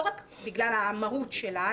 לא רק בגלל המהות שלה,